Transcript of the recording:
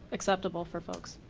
acceptable for folks.